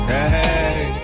Hey